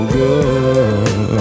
good